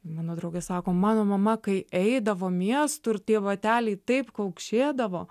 mano draugai sako mano mama kai eidavo miestu tie bateliai taip kaukšėdavo